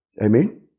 Amen